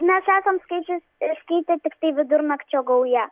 mes esam skaičius ir skaitė tiktai vidurnakčio gauja